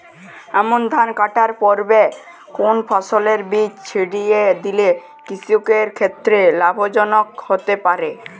আমন ধান কাটার পূর্বে কোন ফসলের বীজ ছিটিয়ে দিলে কৃষকের ক্ষেত্রে লাভজনক হতে পারে?